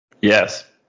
Yes